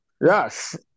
yes